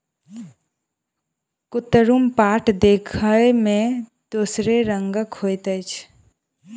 कुतरुम पाट देखय मे दोसरे रंगक होइत छै